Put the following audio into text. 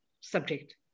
subject